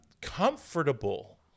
comfortable